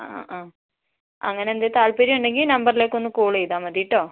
ആ ആ ആ അങ്ങനെയെന്തെങ്കിലും താത്പര്യം ഉണ്ടെങ്കിൽ ഈ നമ്പറിലേക്കൊന്ന് കോൾ ചെയ്താൽ മതി കേട്ടോ